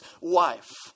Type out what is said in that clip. wife